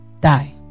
die